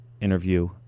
interview